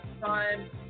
time